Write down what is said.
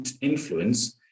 influence